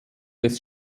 des